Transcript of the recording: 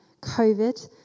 COVID